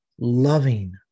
loving